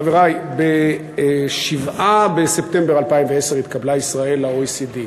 חברי, ב-7 בספטמבר 2010 התקבלה ישראל ל-OECD.